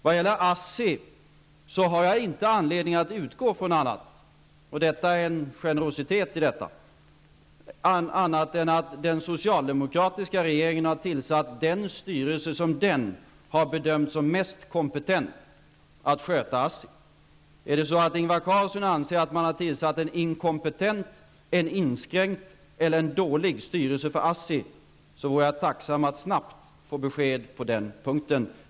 Jag har inte anledning att utgå från annat än att den socialdemokratiska regeringen har tillsatt den styrelse som den har bedömt som mest kompetent att sköta ASSI -- och däri ligger en generositet. Om Ingvar Carlsson anser att man har tillsatt en inkompetent, inskränkt eller dålig styrelse för ASSI, vore jag tacksam om jag snabbt fick besked på den punkten.